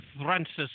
Francis